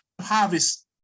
harvest